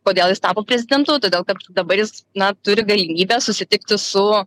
kodėl jis tapo prezidentu todėl kad dabar jis na turi galimybę susitikti su